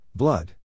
Blood